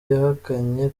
yahakanye